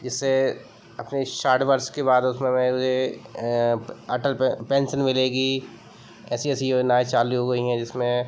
जिससे अपने शाठ वर्ष के बाद उसमें अटल पेन्सन मिलेगी ऐसी ऐसी योजनाएँ चालू हो गई हैं जिसमें